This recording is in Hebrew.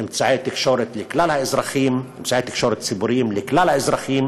אמצעי תקשורת ציבוריים לכלל האזרחים